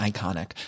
Iconic